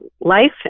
life